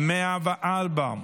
2024,